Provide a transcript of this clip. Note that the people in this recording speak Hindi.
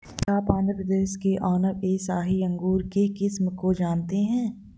क्या आप आंध्र प्रदेश के अनाब ए शाही अंगूर के किस्म को जानते हैं?